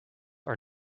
are